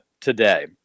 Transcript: today